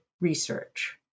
research